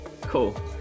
Cool